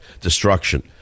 destruction